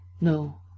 no